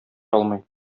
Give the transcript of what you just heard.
алмый